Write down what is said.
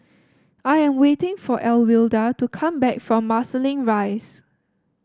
I am waiting for Alwilda to come back from Marsiling Rise